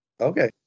Okay